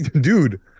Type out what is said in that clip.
dude